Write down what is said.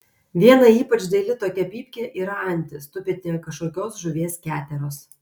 viena ypač daili tokia pypkė yra antis tupinti ant kažkokios žuvies keteros